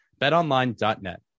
BetOnline.net